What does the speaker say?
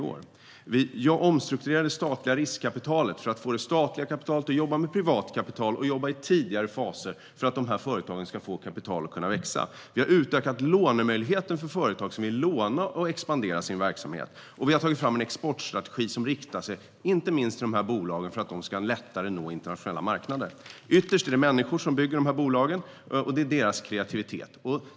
Vi omstrukturerar det statliga riskkapitalet för att få det statliga kapitalet att jobba med privat kapital och i tidigare faser, för att företagen ska få kapital att växa. Vi har utökat lånemöjligheten för företag som vill låna och expandera sin verksamhet, och vi har tagit fram en exportstrategi som riktar sig inte minst till dessa bolag för att de lättare ska nå internationella marknader. Ytterst är det människor som bygger dessa bolag, och det är deras kreativitet det handlar om.